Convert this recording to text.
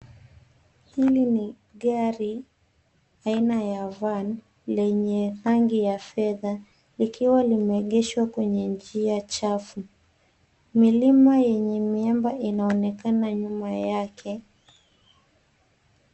Hili ni gari aina ya van lenye rangi ya fedha likiwa limeegeshwa kwenye njia chafu. Milima yenye miamba inaonekana nyuma yake.